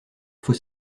faut